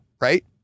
Right